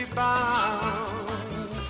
bound